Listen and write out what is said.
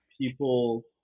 people